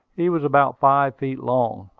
he was about five feet long.